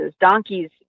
Donkeys